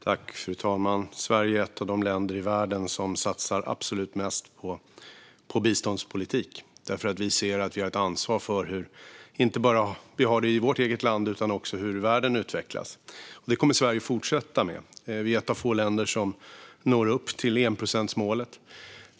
Fru talman! Sverige är ett av de länder i världen som satsar absolut mest på biståndspolitik därför att vi ser att vi har ett ansvar för inte bara hur vi har det i vårt eget land utan också för hur världen utvecklas. Det kommer Sverige att fortsätta med. Vi är ett av få länder som når upp till enprocentsmålet.